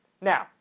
now